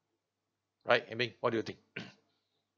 right eng beng what do you think